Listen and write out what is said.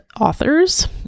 authors